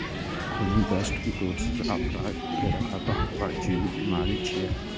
खूनी दस्त, कीटोसिस, आफरा भेड़क अंतः परजीवी बीमारी छियै